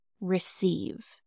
receive